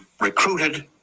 recruited